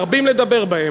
מרבים לדבר בהם,